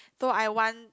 so I want